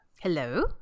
Hello